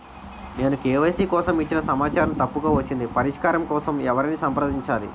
నేను కే.వై.సీ కోసం ఇచ్చిన సమాచారం తప్పుగా వచ్చింది పరిష్కారం కోసం ఎవరిని సంప్రదించాలి?